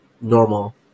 normal